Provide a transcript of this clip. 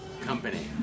company